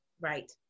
Right